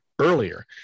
earlier